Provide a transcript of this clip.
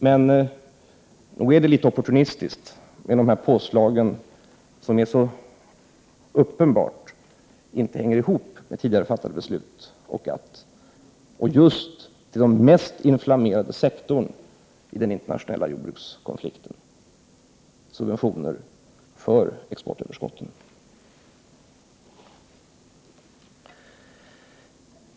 Men nog är det litet opportunistiskt med de här påslagen, som så uppenbart inte hänger samman med tidigare fattade beslut och GATT, när det är fråga om just den mest inflammerade delen av den internationella jordbrukskonflikten, subventioner för exportöverskotten.